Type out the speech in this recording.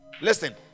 Listen